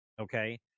Okay